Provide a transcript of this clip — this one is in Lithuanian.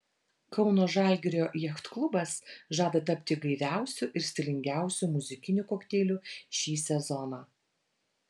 kauno žalgirio jachtklubas žada tapti gaiviausiu ir stilingiausiu muzikiniu kokteiliu šį sezoną